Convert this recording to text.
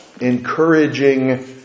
encouraging